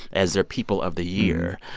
as their people of the year.